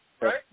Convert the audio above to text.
right